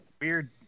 weird